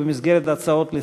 הוא במסגרת הצעות לסדר-היום.